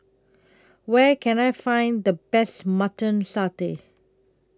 Where Can I Find The Best Mutton Satay